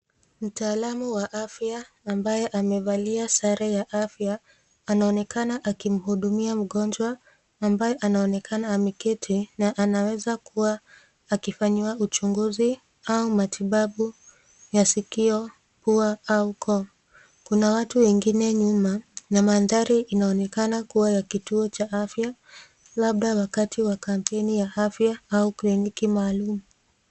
Mtaalamu wa afya ambaye amevalia sare ya afya. Anaonekana akimuhudumia mgonjwa, ambaye anaonekana ameketi na anaweza kuwa akifanyiwa uchunguzi ama matibabu ya sikio, pua au koo. Kuna watu wengine nyuma, na mandhari inaonekana kuwa ya kituo cha afya, labda wakati wa kampeni ya afya au kiliniki maalum.